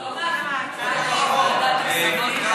לא מעבירים לוועדת הכספים?